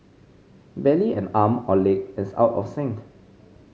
barely an arm or leg is out of sync